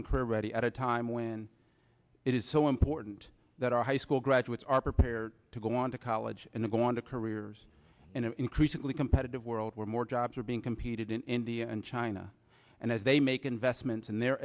career ready at a time when it is so important that our high school graduates are prepared to go on to college and they go on to careers in an increasingly competitive world where more jobs are being competed in india and china and as they make investments in their